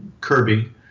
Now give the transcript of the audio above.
Kirby